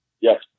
Yes